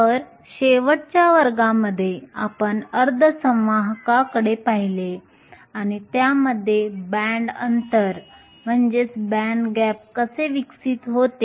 तर शेवटच्या वर्गामध्ये आपण अर्धसंवाहकांकडे पाहिले आणि त्यांच्यामध्ये बँड अंतर कसे विकसित होते